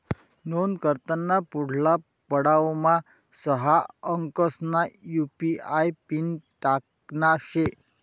नोंद कराना पुढला पडावमा सहा अंकसना यु.पी.आय पिन टाकना शे